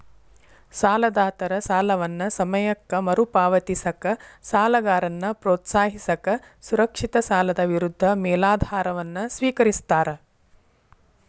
ಸಾಲದಾತರ ಸಾಲವನ್ನ ಸಮಯಕ್ಕ ಮರುಪಾವತಿಸಕ ಸಾಲಗಾರನ್ನ ಪ್ರೋತ್ಸಾಹಿಸಕ ಸುರಕ್ಷಿತ ಸಾಲದ ವಿರುದ್ಧ ಮೇಲಾಧಾರವನ್ನ ಸ್ವೇಕರಿಸ್ತಾರ